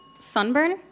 Sunburn